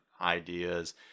ideas